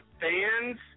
fans